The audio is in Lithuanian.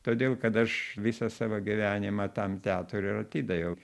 todėl kad aš visą savo gyvenimą tam teatrui ir atidaviau